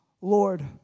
Lord